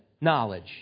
knowledge